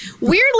Weirdly